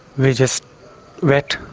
we just wait.